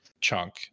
chunk